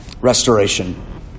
Restoration